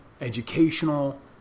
educational